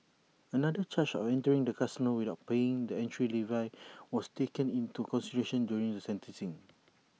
another charge of entering the casino without paying the entry levy was taken into consideration during the sentencing